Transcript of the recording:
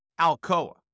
Alcoa